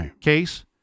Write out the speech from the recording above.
case